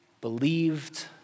believed